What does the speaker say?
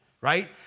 right